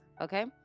okay